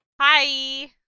Hi